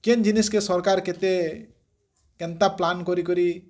କିନ୍ ଜିନିଷ୍ କେ ସରକାର୍ କେତେ କେନ୍ତା ପ୍ଲାନ୍ କରି କରି